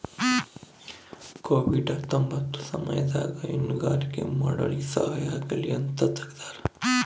Covid ಹತ್ತೊಂಬತ್ತ ಸಮಯದಾಗ ಹೈನುಗಾರಿಕೆ ಮಾಡೋರ್ಗೆ ಸಹಾಯ ಆಗಲಿ ಅಂತ ತೆಗ್ದಾರ